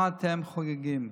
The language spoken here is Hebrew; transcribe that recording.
מה אתם חוגגים?